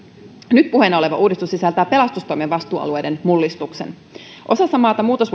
nyt puheena oleva uudistus sisältää pelastustoimen vastuualueiden mullistuksen osassa maata muutos